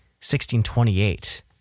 1628